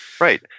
Right